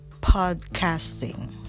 podcasting